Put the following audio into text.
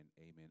Amen